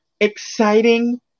exciting